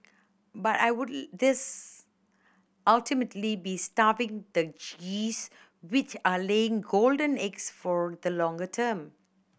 but I would this ultimately be starving the geese which are laying golden eggs for the longer term